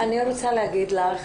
גל, אני רוצה להגיד לך,